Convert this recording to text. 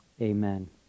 amen